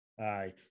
Aye